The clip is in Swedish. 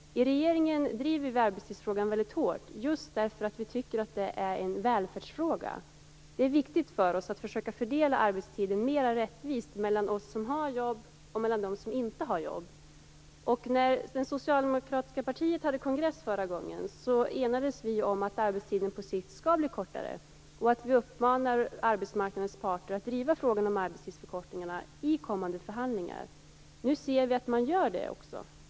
I regeringen driver vi arbetstidsfrågan väldigt hårt, just därför att vi tycker att det är en välfärdsfråga. Det är viktigt för oss att försöka fördela arbetstiden mera rättvist mellan oss som har jobb och dem som inte har jobb. När det socialdemokratiska partiet hade kongress förra gången enades vi om att arbetstiden på sikt skall bli kortare. Vi uppmanar arbetsmarknadens parter att driva frågan om arbetstidsförkortningar i kommande förhandlingar. Nu ser vi att man gör det.